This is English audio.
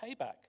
payback